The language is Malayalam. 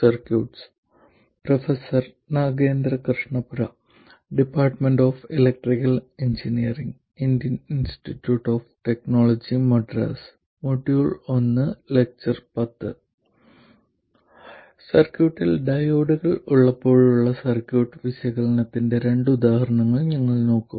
സർക്യൂട്ടിൽ ഡയോഡുകൾ ഉള്ളപ്പോളുള്ള സർക്യൂട്ട് വിശകലനത്തിന്റെ രണ്ട് ഉദാഹരണങ്ങൾ ഞങ്ങൾ നോക്കും